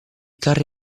carri